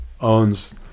owns